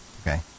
Okay